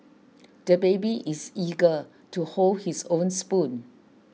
the baby is eager to hold his own spoon